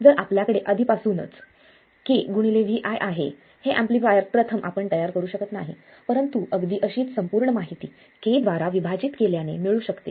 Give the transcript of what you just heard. जर आपल्याकडे आधीपासूनच kVi आहे हे एम्पलीफायर प्रथम आपण तयार करू शकत नाही परंतु अगदी अशीच संपूर्ण माहिती k द्वारा विभाजित केल्याने मिळू शकते